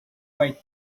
white